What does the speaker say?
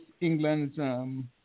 England's